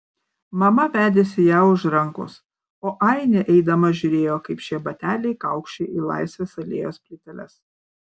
mama vedėsi ją už rankos o ainė eidama žiūrėjo kaip šie bateliai kaukši į laisvės alėjos plyteles